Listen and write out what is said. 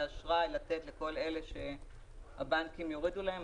האשראי לתת לכל אלה שהבנקים יורידו להם,